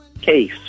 case